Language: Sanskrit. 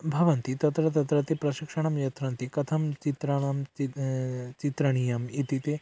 भवन्ति तत्र तत्र ते प्रशिक्षणं यच्छन्ति कथं चित्राणां चि चित्रणीयम् इति ते